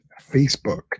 Facebook